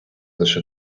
лише